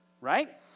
Right